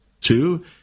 Two